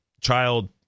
child